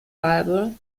bible